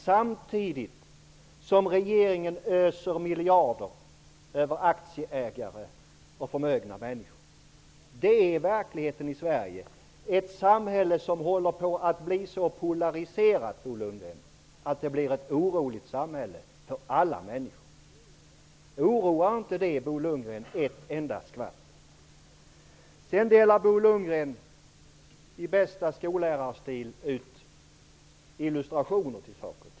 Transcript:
Samtidigt öser regeringen miljarder över aktieägare och förmögna människor. Det är verkligheten i Sverige, ett samhälle som håller på att bli så polariserat, Bo Lundgren, att det blir ett för alla människor oroligt samhälle. Oroar inte det Bo Lundgren ett enda skvatt? I bästa skollärarstil delade Bo Lundgren ut illustrationer.